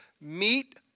meet